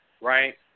right